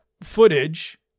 footage